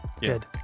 good